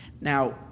Now